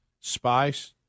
Spice